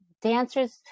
dancers